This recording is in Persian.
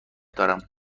دارم